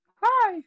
Hi